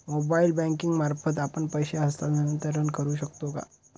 Mobile banking मार्फत आपण पैसे हस्तांतरण करू शकतो का?